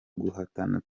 guhatana